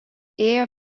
ėjo